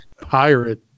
Pirate